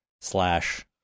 slash